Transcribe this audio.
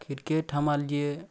cricket हमरालिए